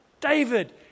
David